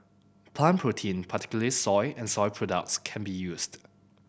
plant protein particularly soy and soy products can be used